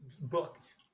booked